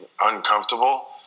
uncomfortable